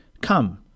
Come